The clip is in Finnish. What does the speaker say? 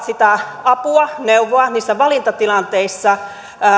sitä apua neuvoa niissä valintatilanteissa